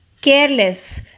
Careless